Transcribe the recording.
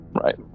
right